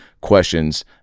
questions